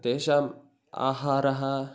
तेषाम् आहारः